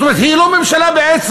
זאת אומרת היא לא ממשלה בעצם,